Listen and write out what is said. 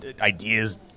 ideas